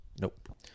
Nope